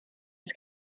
its